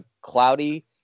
cloudy